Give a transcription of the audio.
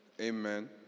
amen